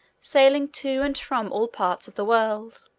sailing to and from all parts of the world.